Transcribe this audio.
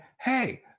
hey